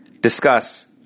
discuss